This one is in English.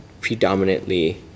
predominantly